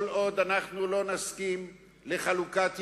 כל עוד לא נסכים לחלוקת ירושלים,